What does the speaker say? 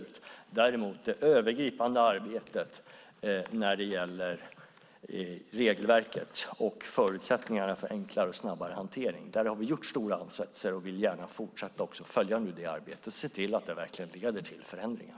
Däremot har vi gjort stora insatser i det övergripande arbetet när det gäller regelverket och förutsättningarna för enklare och snabbare hantering och vill gärna fortsätta att följa arbetet och se till att det verkligen leder till förändringar.